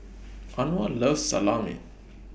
Anwar loves Salami